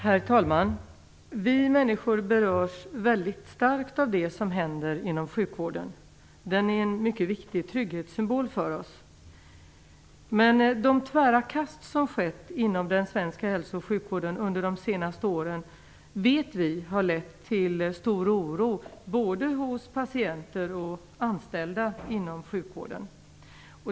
Herr talman! Vi människor berörs väldigt starkt av det som händer inom sjukvården. Den är en mycket viktig trygghetssymbol för oss. Men de tvära kast som skett inom den svenska hälso och sjukvården under de senaste åren vet vi har lett till stor oro, både hos patienter och anställda inom sjukvården.